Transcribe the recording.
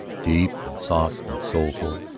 deep and soft and soulful,